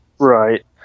Right